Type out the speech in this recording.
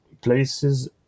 places